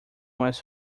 was